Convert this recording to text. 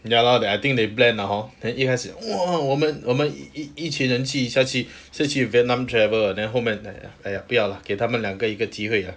ya lor I think they plan 的 hor then 一开始 !wah! 我们我们我们一起下去 vietnam travel then 后面 then !aiya! 不要 lah 给他们两个一个机会 lah